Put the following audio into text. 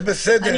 זה בסדר.